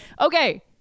Okay